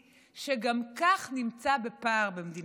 שגם כך נמצא בפער במדינת ישראל.